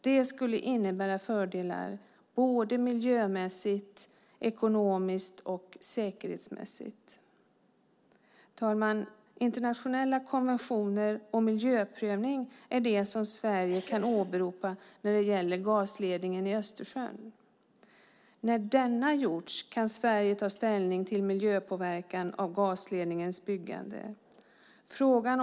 Det skulle innebära fördelar, både miljömässig, ekonomiskt och säkerhetsmässigt. Herr talman! Internationella konventioner och miljöprövning är det som Sverige kan åberopa när det gäller gasledningen i Östersjön. När detta gjorts kan Sverige ta ställning till gasledningens miljöpåverkan.